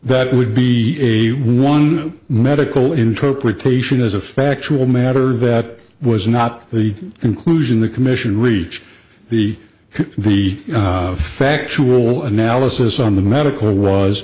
that would be a one medical interpretation as a factual matter that was not the conclusion the commission reach the the factual analysis on the medical was